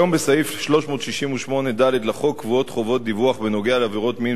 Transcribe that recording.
בסעיף 368ד לחוק קבועות חובות דיווח בנוגע לעבירות מין